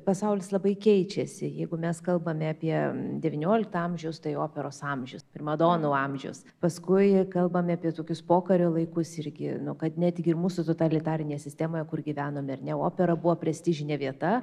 pasaulis labai keičiasi jeigu mes kalbame apie devynioliktą amžiaus tai operos amžius primadonų amžius paskui kalbame apie tokius pokario laikus irgi nu kad netgi ir mūsų totalitarinėje sistemoje kur gyvenom ar ne opera buvo prestižinė vieta